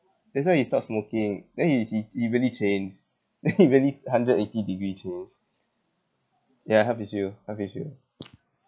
that's why he stopped smoking then he he he really changed he really hundred eighty degree change ya health issue health issue